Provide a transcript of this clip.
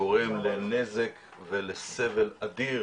גורם לנזק ולסבל אדיר